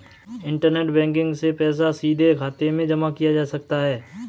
internet banking से पैसा सीधे खाते में जमा किया जा सकता है